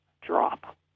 drop